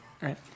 right